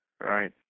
right